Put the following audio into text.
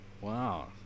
Wow